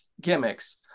gimmicks